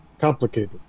complicated